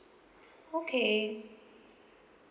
okay